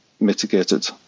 mitigated